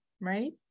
right